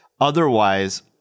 otherwise